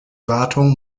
wartung